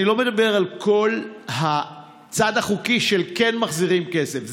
אני לא מדבר על כל הצד החוקי, שכן מחזירים כסף.